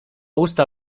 usta